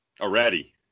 Already